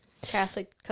Catholic